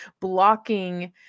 Blocking